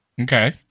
Okay